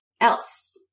else